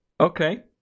okay